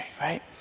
right